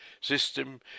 system